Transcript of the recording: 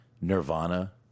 Nirvana